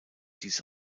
dies